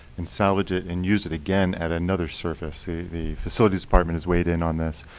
and salvage it, and use it again at another surface. the the facilities department has weighed in on this.